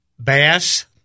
Bass